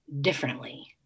differently